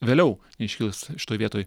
vėliau iškils šitoj vietoj